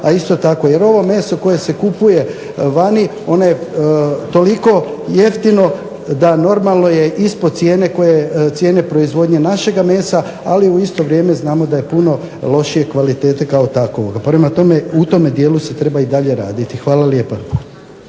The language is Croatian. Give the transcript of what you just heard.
isto tako. Ovo meso koje se kupuje vani je toliko jeftino da normalno je ispod cijene proizvodnje našega mesa ali u isto vrijeme znamo da je puno lošije kvalitete kao takovo. Prema tome, u tome dijelu se treba i dalje raditi. Hvala lijepa.